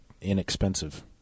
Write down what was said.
inexpensive